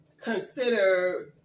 consider